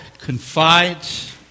confides